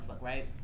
right